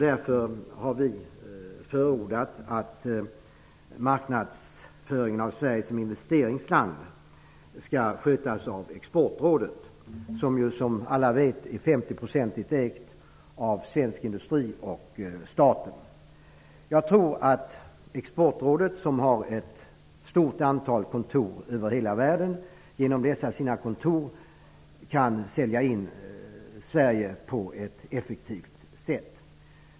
Därför har vi förordat att marknadsföringen av Sverige som investeringsland skall skötas av Exportrådet. Exportrådet ägs ju, som alla vet, till Exportrådet har ett stort antal kontor över hela världen. Genom dessa sina kontor kan Exportrådet sälja in Sverige på ett effektivt sätt.